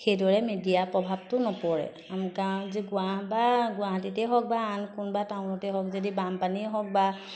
সেইদৰে মিডিয়াৰ প্ৰভাৱটো নপৰে আম গাঁৱত যে গুৱাহ বা গুৱাহাটীতে হওক বা আন কোনোবা টাউনতে হওক যদি বানপানেই হওক বা